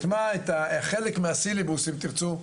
את חלק מהסילבוס אם תירצו,